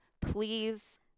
please